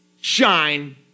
shine